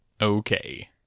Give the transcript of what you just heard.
Okay